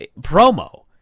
promo